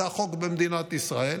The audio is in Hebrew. זה החוק במדינת ישראל,